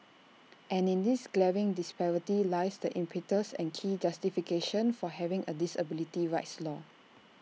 and in this glaring disparity lies the impetus and key justification for having A disability rights law